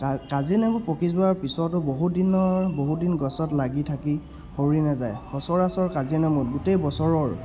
কাজিনেমু পকি যোৱাৰ পিছতো বহুদিনৰ বহুদিন গছত লাগি থাকি সৰি নাযায় সচৰাচৰ কাজিনেমু গোটেই বছৰৰ